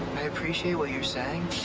i appreciate what you're saying,